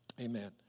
Amen